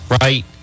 right